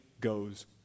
goes